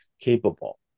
capable